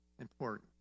important